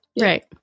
Right